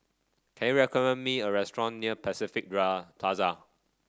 can you recommend me a restaurant near Pacific Plaza